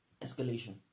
Escalation